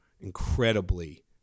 incredibly